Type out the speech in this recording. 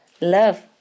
Love